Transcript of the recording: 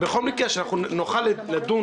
בכל מקרה שנוכל לדון,